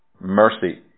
mercy